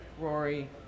Rory